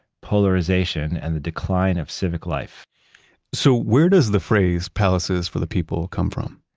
polarization and the decline of civic life so where does the phrase palaces for the people come from?